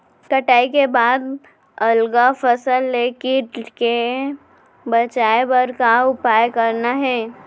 कटाई के बाद अगला फसल ले किट ले बचाए बर का उपाय करना हे?